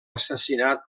assassinat